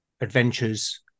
adventures